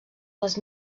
les